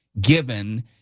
given